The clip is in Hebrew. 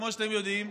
כמו שאתם יודעים,